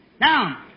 Now